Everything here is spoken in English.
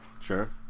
sure